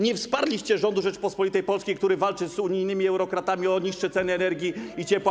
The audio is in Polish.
Nie wsparliście rządu Rzeczypospolitej Polskiej, który walczy z unijnymi eurokratami o niższe ceny energii i ciepła.